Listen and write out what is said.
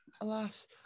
alas